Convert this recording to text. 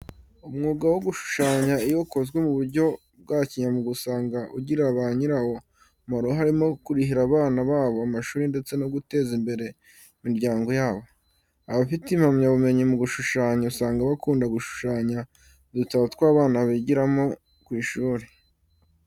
Umwuga wo gushushanya iyo ukozwe mu buryo bwa kinyamwuga usanga ugirira ba nyirawo umumaro, harimo kurihira abana babo amashuri ndetse no guteza imbere imiryango yabo. Abafite impamyabumyenyi mu gushushanya, usanga bakunda gushushanya udutabo tw'abana bigiramo ku ishuri,